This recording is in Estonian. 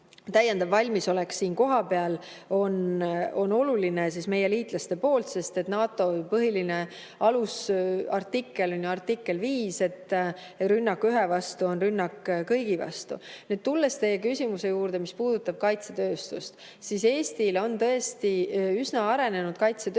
täiendav valmisolek siin kohapeal meie liitlaste poolt on oluline, sest NATO põhiline alusartikkel on ju artikkel 5, et rünnak ühe vastu on rünnak kõigi vastu. Tulen teie küsimuse juurde, mis puudutab kaitsetööstust. Eestil on tõesti üsna arenenud kaitsetööstus